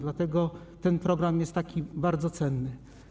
Dlatego ten program jest bardzo cenny.